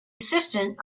assistant